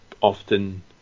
often